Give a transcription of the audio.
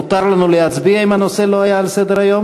מותר לנו להצביע אם הנושא לא היה על סדר-היום?